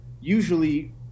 usually